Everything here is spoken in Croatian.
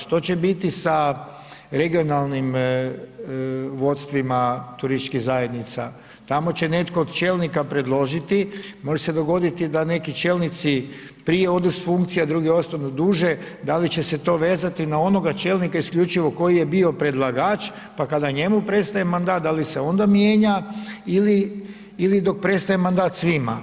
Što će biti sa regionalnim vodstvima turističkih zajednica, tamo će netko od čelnika predložiti, može se dogoditi da neki čelnici prije odu s funkcije, a drugi ostanu duže, da li će se to vezati na onoga čelnika isključivo koji je bio predlagač, pa kada njemu prestaje mandat, da li se onda mijenja, ili dok prestaje mandat svima.